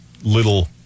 little